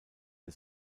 der